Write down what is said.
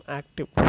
active